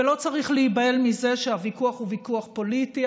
ולא צריך להיבהל מזה שהוויכוח הוא ויכוח פוליטי.